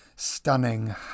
stunning